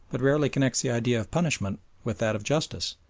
but rarely connects the idea of punishment with that of justice.